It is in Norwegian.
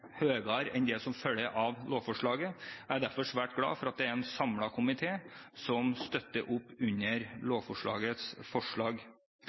høyere enn det som følger av lovforslaget. Jeg er derfor svært glad for at det er en samlet komité som støtter